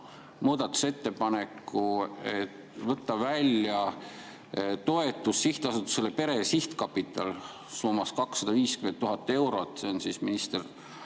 muudatusettepaneku võtta välja toetus Sihtasutusele Pere Sihtkapital summas 250 000 eurot, see oli siis minister